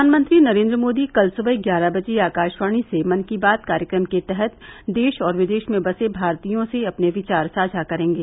प्रधानमंत्री नरेन्द्र मोदी कल सुबह ग्यारह बजे आकाशवाणी से मन की बात कार्यक्रम के तहत देश और विदेश में बसे भारतीयों से अपने विचार साझा करेंगे